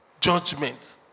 judgment